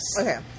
Okay